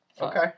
Okay